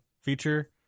feature